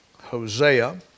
Hosea